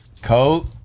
Coat